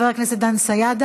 חבר הכנסת מאיר כהן,